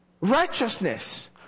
righteousness